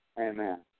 Amen